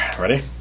Ready